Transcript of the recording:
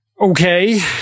Okay